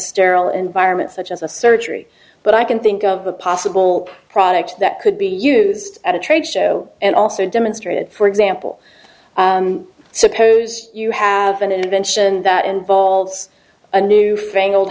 sterile environment such as a surgery but i can think of a possible product that could be used at a trade show and also demonstrated for example suppose you have an invention that involves a new fangled